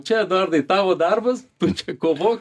čia eduardai tavo darbas tu čia kovok